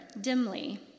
dimly